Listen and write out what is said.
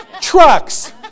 trucks